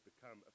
become